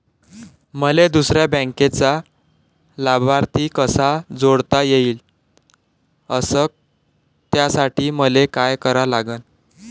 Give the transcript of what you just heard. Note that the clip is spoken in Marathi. मले दुसऱ्या बँकेचा लाभार्थी कसा जोडता येईन, अस त्यासाठी मले का करा लागन?